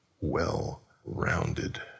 well-rounded